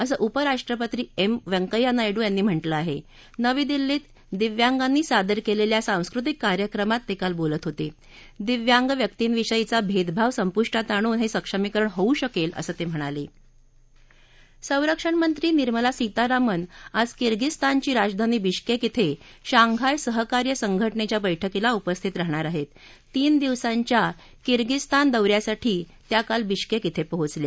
असं उपराष्ट्रपती एम व्यंकय्या नायडू यांनी म्हटलं आहाज्ञवी दिल्लीत दिव्यांगांनी सादर कळिखा सांस्कृतिक कार्यक्रमात तळिल बोलत होतळ दिव्यांग व्यक्तीं विषयीचा भरस्ताव संपुष्टात असून हस्तिक्षमीकरण होऊ शकले असं तव्हिणाल संरक्षण मंत्री निर्मला सीतारामन आज किर्गिजस्तानची राजधानी विश्कक्त इथं शांघाय सहकार्य संघटनछ्या बैठकीला उपस्थित राहणार आहर्त तीन दिवसांच्या किर्गिजस्तान दौ यासाठी त्या काल बिश्क्क इथं पोहचल्या